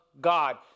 God